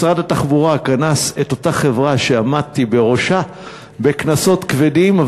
משרד התחבורה קנס את אותה חברה שעמדתי בראשה בקנסות כבדים.